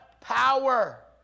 power